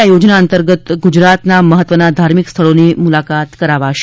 આ યોજના અંતર્ગત ગુજરાતમાં મહત્વના ધાર્મિક સ્થળોની મુલાકાત કરાવાશે